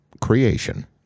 creation